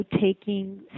taking